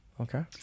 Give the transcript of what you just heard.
Okay